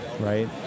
right